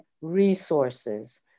resources